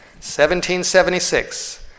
1776